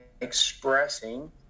expressing